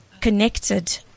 Connected